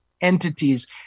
entities